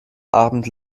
abend